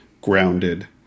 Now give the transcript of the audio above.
grounded